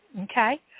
okay